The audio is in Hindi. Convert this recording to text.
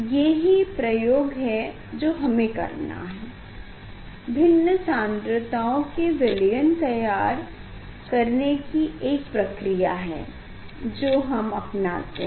ये ही प्रयोग है जो हमे करना है भिन्न सान्द्रताओं के विलयन तैयार करने की एक प्रक्रिया है जो हम अपनाते हैं